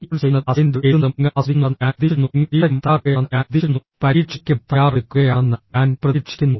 ഈ കോഴ്സ് ചെയ്യുന്നതും അസൈൻമെന്റുകൾ എഴുതുന്നതും നിങ്ങൾ ആസ്വദിക്കുന്നുണ്ടെന്ന് ഞാൻ പ്രതീക്ഷിക്കുന്നു നിങ്ങൾ പരീക്ഷയ്ക്കും തയ്യാറെടുക്കുകയാണെന്ന് ഞാൻ പ്രതീക്ഷിക്കുന്നു